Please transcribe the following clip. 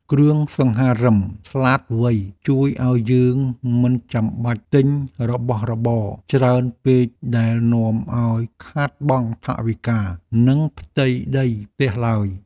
គ្រឿងសង្ហារិមឆ្លាតវៃជួយឱ្យយើងមិនចាំបាច់ទិញរបស់របរច្រើនពេកដែលនាំឱ្យខាតបង់ថវិកានិងផ្ទៃដីផ្ទះឡើយ។